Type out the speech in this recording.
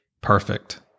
perfect